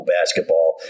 basketball